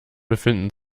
befinden